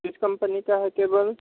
किस कम्पनी का है केबल